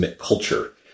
culture